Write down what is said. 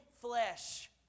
flesh